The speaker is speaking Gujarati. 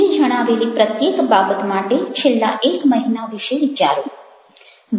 નીચે જણાવેલી પ્રત્યેક બાબત માટે છેલ્લા એક મહિના વિશે વિચારો